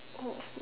oh